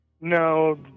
no